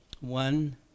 one